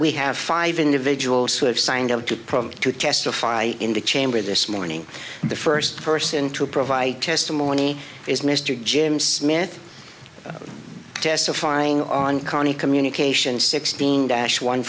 we have five individuals who have signed up to promise to testify in the chamber this morning the first person to provide testimony is mr jim smith testifying on county communication sixteen dash one